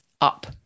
up